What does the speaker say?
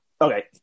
okay